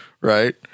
right